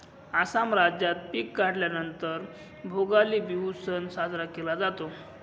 आसाम राज्यात पिक काढल्या नंतर भोगाली बिहू सण साजरा केला जातो